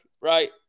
right